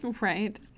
right